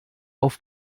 auf